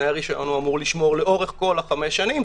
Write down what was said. תנאי הרשיון הוא אמור לשמור לאורך כל חמש השנים,